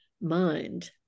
mind